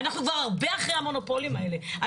אנחנו כבר הרבה אחרי המונופולים האלה,